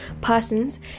persons